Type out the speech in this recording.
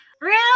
Real